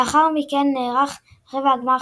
לאחר מכן נערך רבע הגמר,